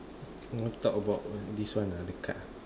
you want to talk about this one uh the card